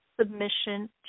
submission